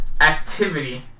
activity